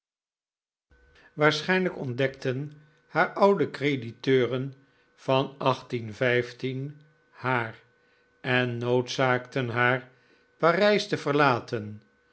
waarschijnlijk ontdekten haar oude crediteuren van haar en noodzaakten haar parijs te verlaten